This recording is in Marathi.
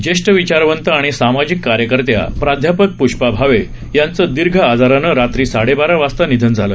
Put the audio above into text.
ज्येष्ठ विचारवंत आणि सामाजिक कार्यकर्त्या प्राध्यापक प्रष्पा भावे यांचं दीर्घ आजारानं रात्री साडेबारा वाजता निधन झालं